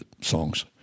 songs